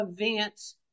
events